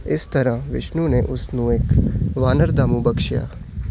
ਇਸ ਤਰ੍ਹਾਂ ਵਿਸ਼ਨੂੰ ਨੇ ਉਸ ਨੂੰ ਇੱਕ ਵਾਨਰ ਦਾ ਮੂੰਹ ਬਖਸ਼ਿਆ